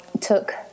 took